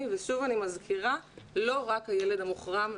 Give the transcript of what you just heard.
ושוב אני מזכירה שלא רק הילד המוחרם,